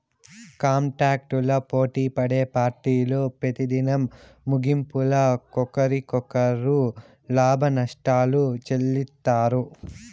కాంటాక్టులు పోటిపడే పార్టీలు పెతిదినం ముగింపుల ఒకరికొకరు లాభనష్టాలు చెల్లిత్తారు